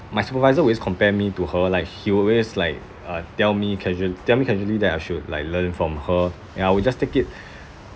my supervisor always compare me to her like he always like uh tell me casual~ tell me casually that I should like learn from her and I will just take it